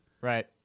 right